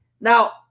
Now